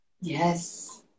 yes